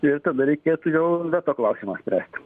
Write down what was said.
ir tada reikėtų jau veto klausimą spręsti